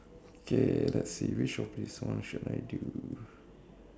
okay let's see which of this one should I do